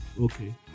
Okay